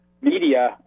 media